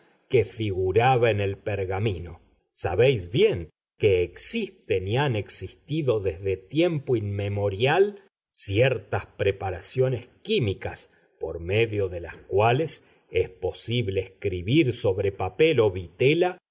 que figuraba en el pergamino sabéis bien que existen y han existido desde tiempo inmemorial ciertas preparaciones químicas por medio de las cuales es posible escribir sobre papel o vitela